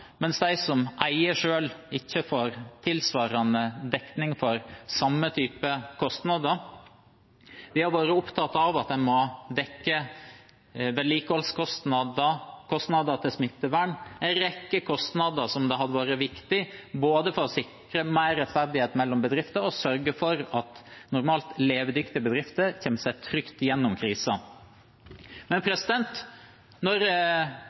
som eier selv, som ikke får tilsvarende dekning for samme type kostnader. Vi har vært opptatt av at en må dekke vedlikeholdskostnader og kostnader knyttet til smittevern. Det er en rekke kostnader som er viktige, både for å sikre mer rettferdighet mellom bedrifter og for å sørge for at normalt levedyktige bedrifter kommer seg trygt gjennom krisen. Men når